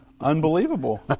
Unbelievable